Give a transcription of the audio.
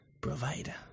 provider